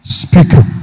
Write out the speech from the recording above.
speaker